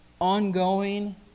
ongoing